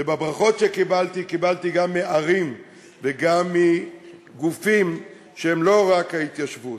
וברכות שקיבלתי קיבלתי גם מערים וגם מגופים שהם לא רק ההתיישבות.